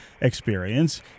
experience